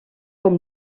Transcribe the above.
com